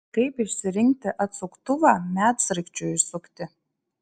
kaip išsirinkti atsuktuvą medsraigčiui įsukti